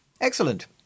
excellent